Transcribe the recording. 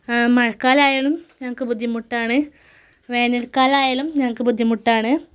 മഴക്കാലം ആയാലും ഞങ്ങൾക്ക് ബുദ്ധിമുട്ടാണ് വേനൽക്കാലം ആയാലും ഞങ്ങൾക്ക് ബുദ്ധിമുട്ടാണ്